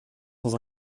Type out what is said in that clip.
sans